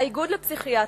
האיגוד לפסיכיאטריה: